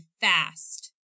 fast